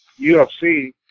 UFC